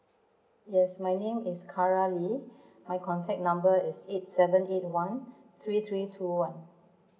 yes my name is karla lee my contact number is eight seven eight one three three two one